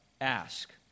Ask